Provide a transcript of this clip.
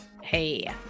hey